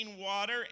water